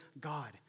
God